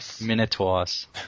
Minotaurs